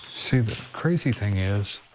see, the crazy thing is.